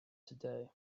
today